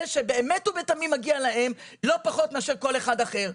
אלה שבאמת ובתמים מגיע להם לא פחות מאשר כל אחד אחר.